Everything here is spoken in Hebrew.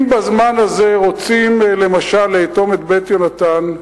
אם בזמן הזה רוצים, למשל, לאטום את "בית יהונתן",